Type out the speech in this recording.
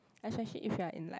especially if you are in like